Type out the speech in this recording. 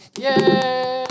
Yay